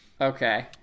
Okay